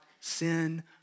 sin